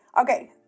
Okay